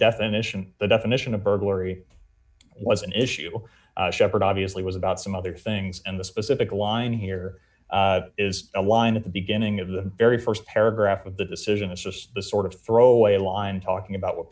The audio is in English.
definition the definition of burglary was an issue shepherd obviously was about some other things and the specific line here is a line at the beginning of the very st paragraph of the decision it's just the sort of throwaway line talking about what